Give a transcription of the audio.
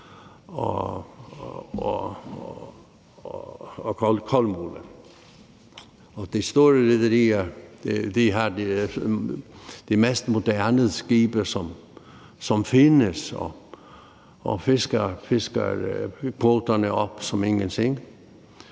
og kulmule. Og de store rederier har de mest moderne skibe, som findes, og de fisker kvoterne op så let som ingenting.